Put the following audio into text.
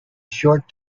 short